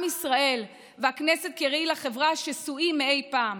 עם ישראל והכנסת כראי לחברה שסועים מאי-פעם.